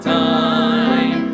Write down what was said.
time